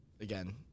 again